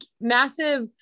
massive